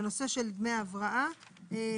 בנושא של דמי ההבראה ההבדל,